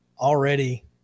already